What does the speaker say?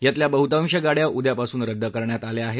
यातल्या बहुतांश गाड्या उद्यापासून रद्द करण्यात आल्या आहेत